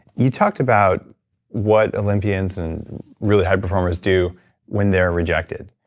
you talked about what olympians and really high performers do when they're rejected.